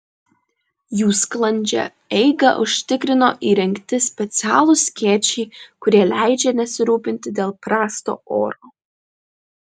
jų sklandžią eigą užtikrino įrengti specialūs skėčiai kurie leidžia nesirūpinti dėl prasto oro